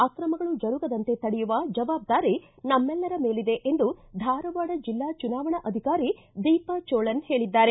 ಆಕ್ರಮಗಳು ಜರುಗದಂತೆ ತಡೆಯುವ ಜವಾಬ್ದಾರಿ ನಮ್ನೆಲ್ಲರ ಮೇಲಿದೆ ಎಂದು ಧಾರವಾಡ ಜಿಲ್ಲಾ ಚುನಾವಣಾ ಅಧಿಕಾರಿ ದೀಪಾ ಚೋಳನ್ ಹೇಳಿದ್ದಾರೆ